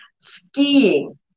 skiing